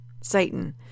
Satan